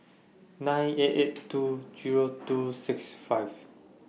nine eight eight two Zero two six five